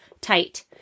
tight